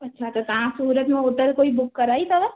अछा त तव्हां सूरत में होटल कोई बुक कराई अथव